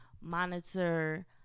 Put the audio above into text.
monitor